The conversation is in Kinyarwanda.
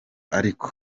ariko